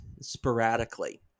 sporadically